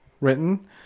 written